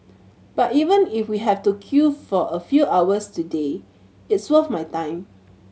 but even if we have to queue for a few hours today it's worth my time